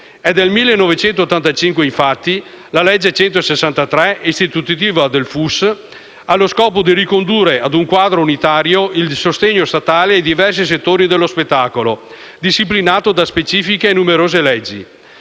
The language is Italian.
È del 1985, infatti, la legge n. 163, istitutiva del FUS, che aveva lo scopo di ricondurre a un quadro unitario il sostegno statale ai diversi settori dello spettacolo, disciplinato da specifiche e numerose leggi.